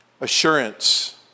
assurance